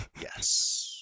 yes